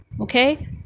okay